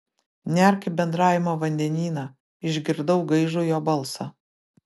nerk į bendravimo vandenyną išgirdau gaižų jo balsą